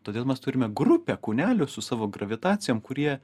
todėl mes turime grupę kūnelių su savo gravitacijom kurie